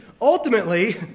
Ultimately